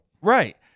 Right